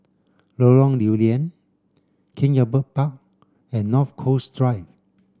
Lorong Lew Lian King Albert Park and North Coast Drive